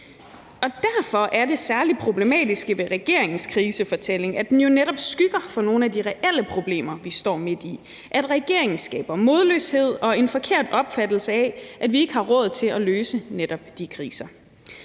Derfor er det særlig problematiske ved regeringens krisefortælling, at den jo netop skygger for nogle af de reelle problemer, vi står med, og at regeringen skaber modløshed og en forkert opfattelse af, at vi ikke har råd til at løse netop de kriser.